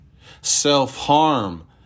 Self-harm